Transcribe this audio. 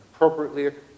Appropriately